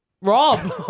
Rob